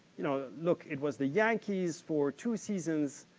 you know, look, it was the yankees for two seasons,